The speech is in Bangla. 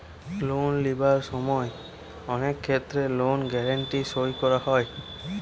লোন লিবার সময় অনেক ক্ষেত্রে লোন গ্যারান্টি সই করা হয়